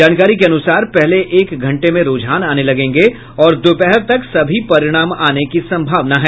जानकारी के अनुसार पहले एक घंटे में रूझान आने लगेंगे और दोपहर तक सभी परिणाम आने की संभावना है